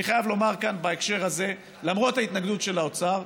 אני חייב לומר כאן בהקשר הזה שלמרות ההתנגדות של האוצר,